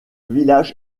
village